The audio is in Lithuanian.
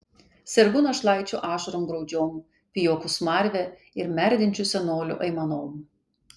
sergu našlaičių ašarom graudžiom pijokų smarve ir merdinčių senolių aimanom